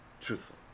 truthful